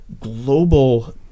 global